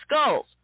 skulls